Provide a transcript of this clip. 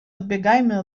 odbiegajmy